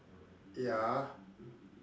ya